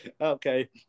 okay